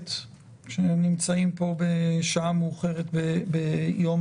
הכנסת שנמצאים פה בשעה מאוחרת ביום